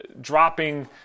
dropping